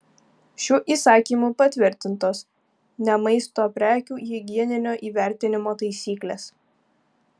šiuo įsakymu patvirtintos ne maisto prekių higieninio įvertinimo taisyklės